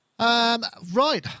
Right